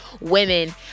women